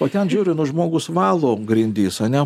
o ten žiūriu nu žmogus valo grindis ane